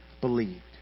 believed